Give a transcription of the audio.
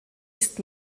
ist